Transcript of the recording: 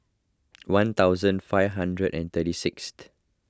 one thousand five hundred and thirty sixth